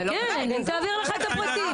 היא תעביר לך את הפרטים.